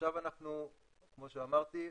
עכשיו אנחנו, כמו שאמרתי,